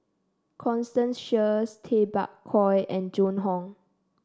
Constance Sheares Tay Bak Koi and Joan Hon